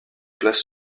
place